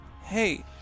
Hey